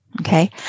Okay